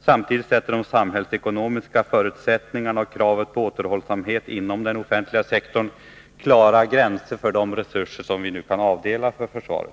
Samtidigt sätter de samhällsekonomiska förutsättningarna och kravet på återhållsamhet inom den offentliga sektorn klara gränser för de resurser som vi nu kan avdela för försvaret.